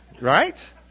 right